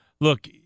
look